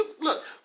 Look